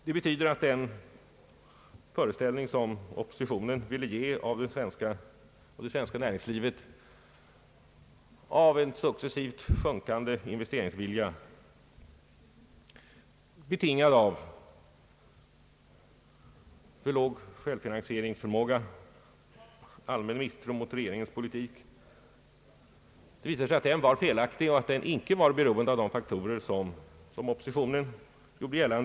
Det betyder att den föreställning som oppositionen ville inge av en successivt sjunkande investeringsvilja i det svenska näringslivet, betingad av för låg självfinansieringsförmåga och allmän misstro mot regeringens politik var felaktig och icke beroende av de faktorer oppositionen gjorde gällande.